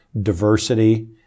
diversity